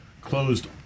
closed